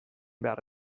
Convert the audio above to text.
behar